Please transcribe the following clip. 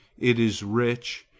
it is rich,